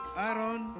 aaron